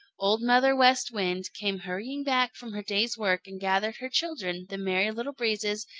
old mother west wind came hurrying back from her day's work and gathered her children, the merry little breezes,